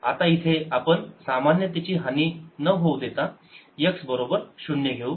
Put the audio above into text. आता इथे आपण सामान्यतेची हानी न होऊ देता x बरोबर 0 घेऊ